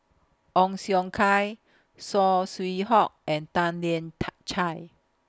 Ong Siong Kai Saw Swee Hock and Tan Lian Chye